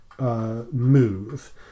Move